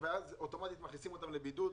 ואז אוטומטית מכניסים אותם לבידוד,